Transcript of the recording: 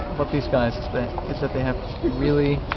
but these guys is that they have really,